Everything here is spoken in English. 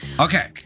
Okay